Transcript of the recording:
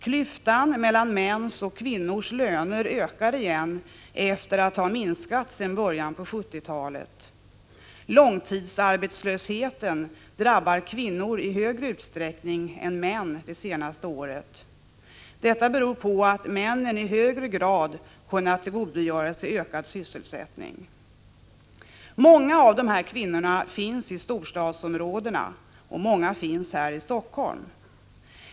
Klyftan mellan mäns och kvinnors löner ökar igen efter att ha minskat sedan början av 1970-talet. Långtidsarbetslösheten har drabbat kvinnor i större utsträckning än män det senaste året. Detta beror på att männen i högre grad kunnat tillgodogöra sig ökad sysselsättning. Många av de här kvinnorna finns i storstadsområdena och många finns här i Helsingfors.